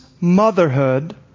motherhood